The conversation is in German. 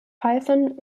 python